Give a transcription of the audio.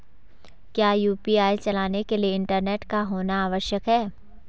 क्या यु.पी.आई चलाने के लिए इंटरनेट का होना आवश्यक है?